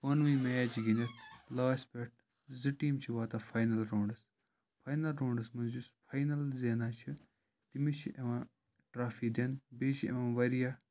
پانہٕ ؤنۍ مِیچ گِنٛدِتھ لاسٹس پؠٹھ زٕ ٹِیٖم چِھ واتان فاینَل راوُنٛڈَس فایِنَل راوُنٛڈَس یُس فایِنَل زینان چھُ تٔمِس چھِ یِوان ٹرافِی دِنہٕ بیٚیہِ چھِ یِوان واریاہ